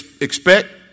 expect